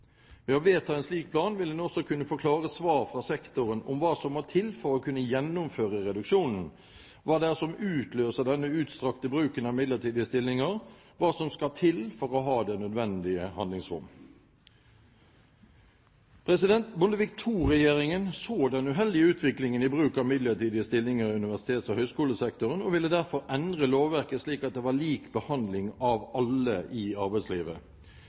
Ved å vedta en slik plan vil en også kunne få klare svar fra sektoren om hva som må til for å kunne gjennomføre reduksjonen, hva det er som utløser denne utstrakte bruken av midlertidige stillinger, og om hva som skal til for å ha det nødvendige handlingsrom. Bondevik II-regjeringen så den uheldige utviklingen i bruk av midlertidige stillinger i universitets- og høyskolesektoren og ville derfor endre lovverket slik at det var lik behandling av alle i arbeidslivet.